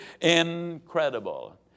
incredible